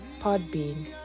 Podbean